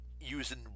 using